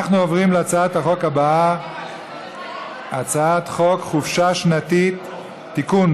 אנחנו עוברים להצעת החוק הבאה: הצעת חוק חופשה שנתית (תיקון,